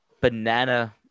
banana